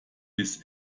bis